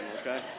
okay